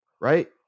Right